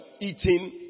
eating